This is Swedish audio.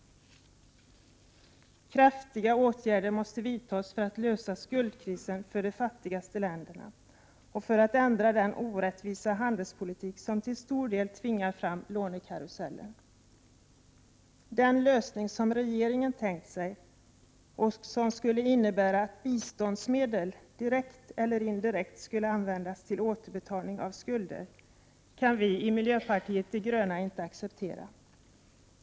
Kraftiga åtgärder måste vidtas för att lösa skuldkrisen för de fattigaste länderna och för att ändra den orättvisa handelspolitik som till stor del tvingar fram lånekarusellen. Den lösning som regeringen tänkt sig och som skulle innebära att biståndsmedel direkt eller indirekt skulle användas till återbetalning av skulder kan vi i miljöpartiet de gröna inte acceptera.